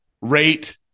rate